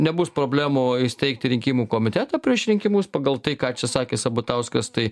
nebus problemų įsteigti rinkimų komitetą prieš rinkimus pagal tai ką čia sakė sabatauskas tai